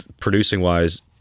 producing-wise